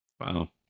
Wow